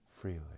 freely